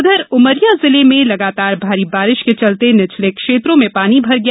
उधर उमरिया जिले में लगातार भारी बारिश के चलते निचले क्षेत्रों में पानी भर गया